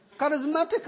charismatic